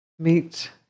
Meet